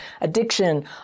addiction